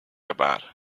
about